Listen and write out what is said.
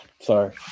sorry